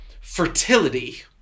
fertility